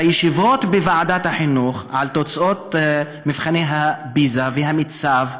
בישיבות בוועדת החינוך על תוצאות מבחני פיז"ה והמיצ"ב ואחרים,